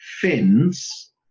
fins